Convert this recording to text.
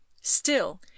Still